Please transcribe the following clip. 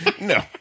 No